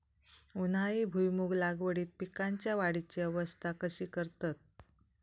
उन्हाळी भुईमूग लागवडीत पीकांच्या वाढीची अवस्था कशी करतत?